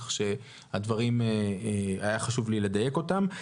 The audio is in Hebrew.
כך שהיה חשוב לי לדייק אותם.